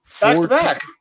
Back-to-back